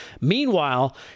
Meanwhile